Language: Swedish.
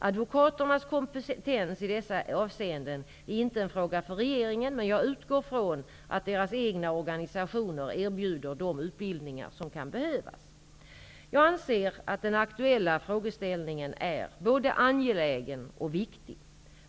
Advokaternas kompetens i dessa avseenden är inte en fråga för regeringen men jag utgår från att deras egna organisationer erbjuder de utbildningar som kan behövas. Jag anser att den aktuella frågeställningen är både angelägen och viktig.